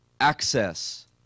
access